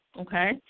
okay